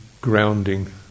grounding